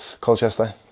Colchester